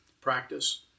practice